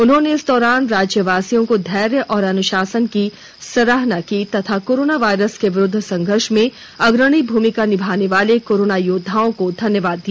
उन्होंने इस दौरान राज्यवासियों के धैर्य और अनुशासन की सराहना की तथा कोरोना वायरस के विरूद्व संघर्ष में अग्रणी भूमिका निभाने वाले कोरोना योद्वाओं को धन्यवाद दिया